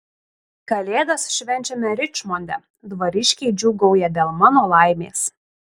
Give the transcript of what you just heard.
kalėdas švenčiame ričmonde dvariškiai džiūgauja dėl mano laimės